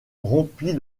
rompit